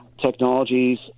technologies